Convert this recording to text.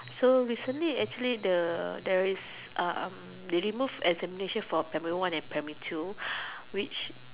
so recently actually the there is um they remove examination for primary one and two which